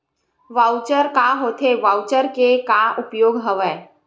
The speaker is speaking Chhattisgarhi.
वॉऊचर का होथे वॉऊचर के का उपयोग हवय?